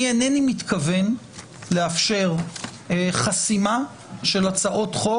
איני מתכוון לאפשר חסימה של הצעות חוק